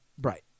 Right